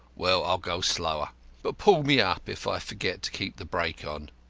well, i'll go slower but pull me up if i forget to keep the brake on.